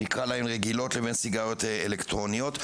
נקרא להן רגילות, לבין הסיגריות האלקטרוניות.